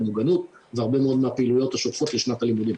מוגנות והרבה מאוד מהפעילויות השוטפות לשנת הלימודים.